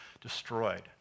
destroyed